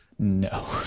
No